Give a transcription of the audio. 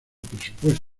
presupuesto